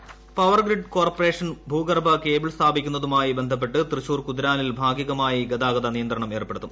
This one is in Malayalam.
ഭൂഗർഭ കേബിൾ പവർഗ്രിഡ് കോർപ്പറേഷൻ ഭൂക്കൂർഭു കേബിൾ സ്ഥാപിക്കുന്നതുമായി ബന്ധപ്പെട്ട് തൃശൂർ കുതിരാന്നിൽ ഭാഗികമായി ഗതാഗത നിയന്ത്രണം ഏർപ്പെടുത്തും